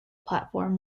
platform